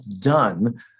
done